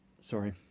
sorry